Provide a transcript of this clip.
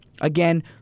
again